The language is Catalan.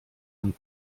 amb